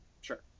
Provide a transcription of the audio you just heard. Sure